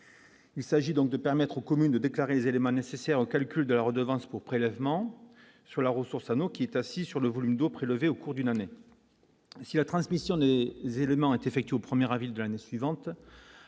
il s'agit donc de permettre aux communes de déclarer les éléments nécessaires au calcul de la redevance pour prélèvement sur la ressource anneaux qui est assis sur le volume d'eau prélevés au cours d'une année si la transmission ni les éléments est au 1er, ravi de l'année suivante,